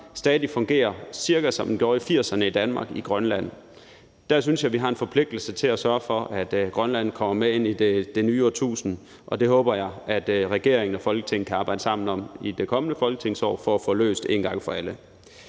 stadig fungerer i Grønland, cirka som den gjorde i 1980'erne i Danmark. Der synes jeg, vi har en forpligtelse til at sørge for, at Grønland kommer med ind i det nye årtusind, og det håber jeg regeringen og Folketinget kan arbejde sammen om i det kommende folketingsår for at få løst en gang for alle.